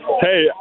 Hey